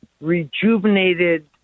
rejuvenated